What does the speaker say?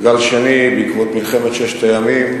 וגל שני בעקבות מלחמת ששת הימים,